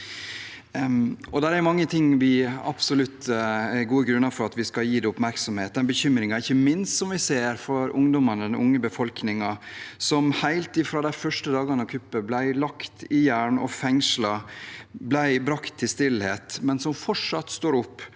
er gode grunner for at vi skal gi det oppmerksomhet, ikke minst bekymringen vi ser for ungdommene, den unge befolkningen, som helt fra de første dagene av kuppet ble lagt i jern og fengslet, ble brakt til stillhet, men som fortsatt står opp